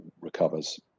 recovers